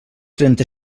trenta